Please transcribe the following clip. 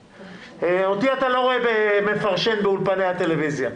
אותי אתה לא רואה מפרשן באולפני הטלויזיה.